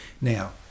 Now